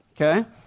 Okay